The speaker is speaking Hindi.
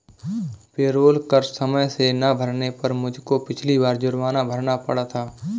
पेरोल कर समय से ना भरने पर मुझको पिछली बार जुर्माना भरना पड़ा था